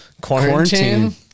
quarantine